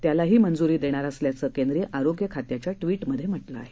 त्यालाही मंजुरी देणार असल्याचं केंद्रीय आरोग्य खात्याच्या ट्वीटमधे म्हटलं आहे